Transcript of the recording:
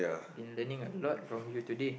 been learning a lot from you today